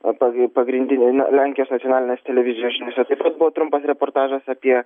pag pagrindinė na lenkijos nacionalinės televizijos žiniose taip pat buvo trumpas reportažas apie